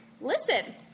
Listen